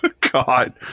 God